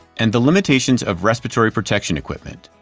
and the limitations of respiratory protection equipment.